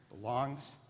belongs